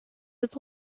its